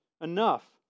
enough